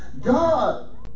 God